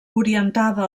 orientada